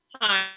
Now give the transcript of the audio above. Hi